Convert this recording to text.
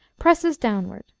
presses downward,